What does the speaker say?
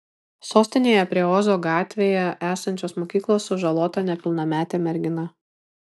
sostinėje prie ozo gatvėje esančios mokyklos sužalota nepilnametė mergina